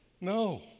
no